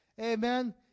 Amen